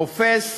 רופס,